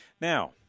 Now